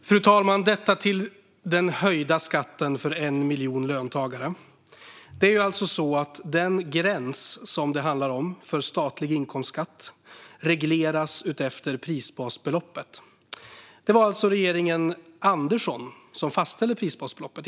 Fru talman! Jag vill säga något när det gäller den höjda skatten för 1 miljon löntagare. Gränsen för statlig inkomstskatt regleras utifrån prisbasbeloppet. Det var regeringen Andersson som fastställde prisbasbeloppet.